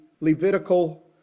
Levitical